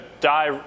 die